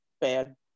bad